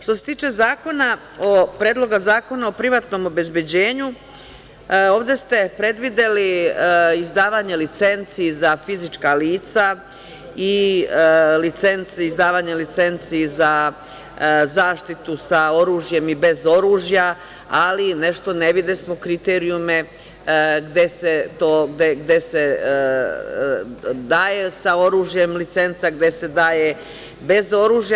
Što se tiče Predloga zakona o privatnom obezbeđenju, ovde ste predvideli izdavanje licenci za fizička lica i izdavanje licenci za zaštitu sa oružjem i bez oružja, ali nešto ne videsmo kriterijume gde se daje sa oružjem licenca, gde se daje bez oružja.